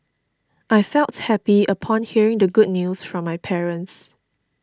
I felt happy upon hearing the good news from my parents